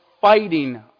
fighting